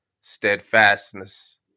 steadfastness